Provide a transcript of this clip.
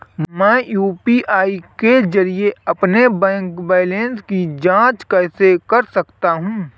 मैं यू.पी.आई के जरिए अपने बैंक बैलेंस की जाँच कैसे कर सकता हूँ?